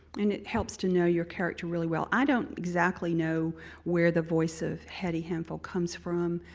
and it helps to know your character really well. i don't exactly know where the voice of hetty handful comes from.